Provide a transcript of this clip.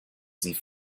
sie